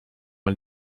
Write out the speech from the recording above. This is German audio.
mal